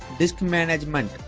disk management